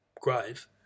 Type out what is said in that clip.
grave